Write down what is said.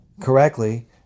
correctly